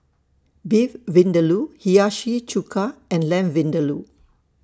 Beef Vindaloo Hiyashi Chuka and Lamb Vindaloo